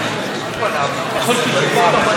בבקשה, אדוני.